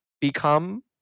become